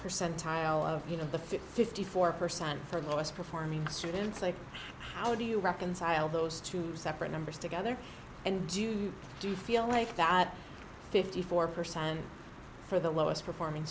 percentile of you know the fifty four percent for lowest performing students like how do you reconcile those two separate numbers together and you do feel like that fifty four percent for the lowest performing